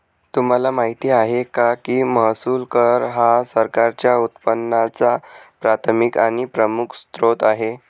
तुम्हाला माहिती आहे का की महसूल कर हा सरकारच्या उत्पन्नाचा प्राथमिक आणि प्रमुख स्त्रोत आहे